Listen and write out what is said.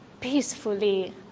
peacefully